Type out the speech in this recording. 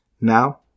Now